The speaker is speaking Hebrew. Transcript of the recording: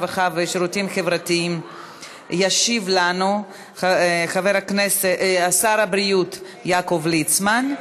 הרווחה והשירותים החברתיים ישיב לנו שר הבריאות יעקב ליצמן,